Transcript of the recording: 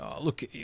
Look